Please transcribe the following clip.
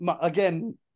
again